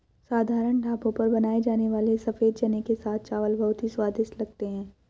साधारण ढाबों पर बनाए जाने वाले सफेद चने के साथ चावल बहुत ही स्वादिष्ट लगते हैं